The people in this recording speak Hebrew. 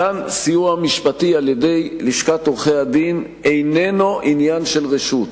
מתן סיוע משפטי על-ידי לשכת עורכי-הדין איננו עניין של רשות.